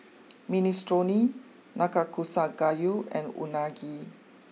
Minestrone Nanakusa Gayu and Unagi